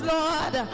Lord